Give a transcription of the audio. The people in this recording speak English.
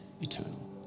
eternal